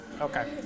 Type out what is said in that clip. okay